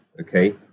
okay